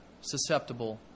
susceptible